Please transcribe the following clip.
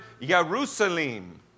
Jerusalem